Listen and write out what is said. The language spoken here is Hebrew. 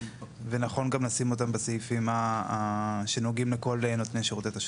ונכון גם לשים אותם בסעיפים שנוגעים לכל נותני שירותי תשלום.